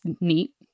neat